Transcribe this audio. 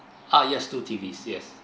ah yes two T_V yes